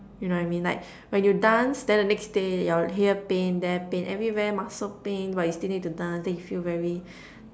you know what I mean like when you dance then the next day your here pain there pain everywhere muscle pain but you still need to dance then you feel very